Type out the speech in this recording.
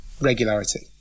Regularity